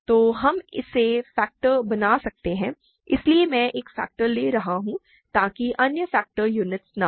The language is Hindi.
तो हम इसे फैक्टर बना सकते हैं इसलिए मैं एक फैक्टर ले रहा हूं ताकि अन्य फैक्टर यूनिट्स न हों